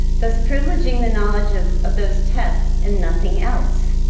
thus, privileging the knowledge of of those tests and nothing else.